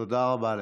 תודה רבה לך.